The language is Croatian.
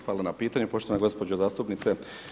Hvala na pitanju, poštovana gospođo zastupnice.